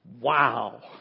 wow